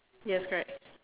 yes correct